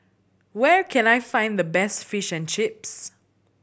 where can I find the best Fish and Chips